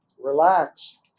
Relax